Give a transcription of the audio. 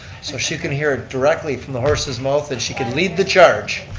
so she can hear directly from the horse's mouth and she can lead the charge.